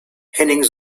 henning